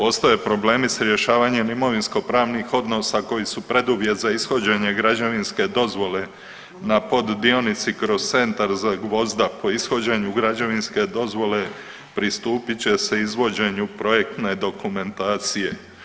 Ostaju problemi sa rješavanjem imovinsko-pravnih odnosa koji su preduvjet za ishođenje građevinske dozvole na poddionici kroz centar Zagvozda po ishođenju građevinske dozvole pristupit će se izvođenju projektne dokumentacije.